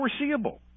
foreseeable